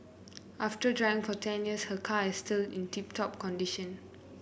after driving for ten years her car is still in tip top condition